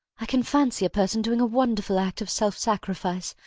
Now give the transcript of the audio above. i can fancy a person doing a wonderful act of self-sacrifice,